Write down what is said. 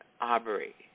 Aubrey